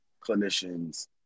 clinicians